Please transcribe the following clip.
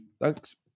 thanks